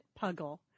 puggle